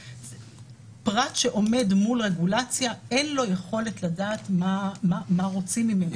פרט שעומד מול הרגולציה אין לו יכולת לדעת מה רוצים ממנו.